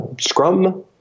Scrum